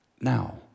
now